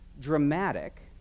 dramatic